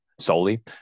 solely